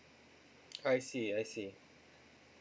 I see I see